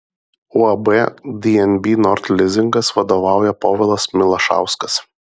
uab dnb nord lizingas vadovauja povilas milašauskas